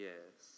Yes